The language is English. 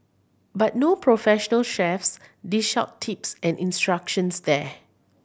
but no professional chefs dish out tips and instructions there